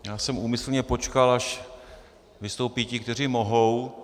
Já jsem úmyslně počkal, až vystoupí ti, kteří mohou.